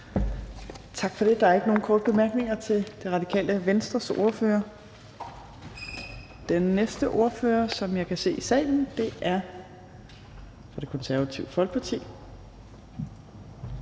Tak for det. Der er ikke nogen korte bemærkninger til Radikale Venstres ordfører. Den næste ordfører, som jeg kan se i salen, er fra Det Konservative Folkeparti,